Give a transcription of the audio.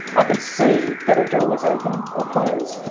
i could see that a door was open or closed,